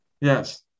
Yes